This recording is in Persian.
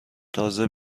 تازه